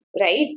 right